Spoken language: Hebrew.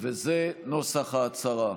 וזה נוסח ההצהרה: